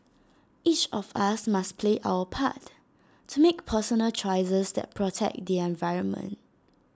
each of us must play our part to make personal choices that protect the environment